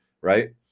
Right